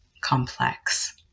complex